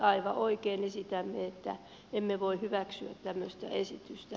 aivan oikein esitämme että emme voi hyväksyä tämmöistä esitystä